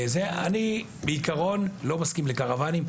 אני בעיקרון לא מסכים לקרוואנים.